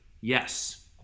Yes